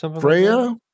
Freya